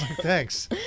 thanks